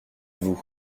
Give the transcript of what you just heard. vous